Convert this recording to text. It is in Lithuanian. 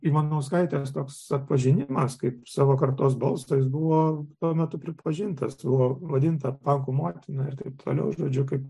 ivanauskaitės toks atpažinimas kaip savo kartos balso jis buvo tuo metu pripažintas buvo vadinta pankų motina ir taip toliau žodžiu kaip